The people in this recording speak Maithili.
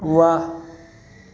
वाह